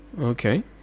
Okay